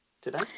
today